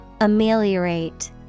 Ameliorate